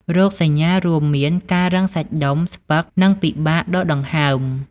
រោគសញ្ញារួមមានការរឹងសាច់ដុំ ស្ពឹក និងពិបាកដកដង្ហើម។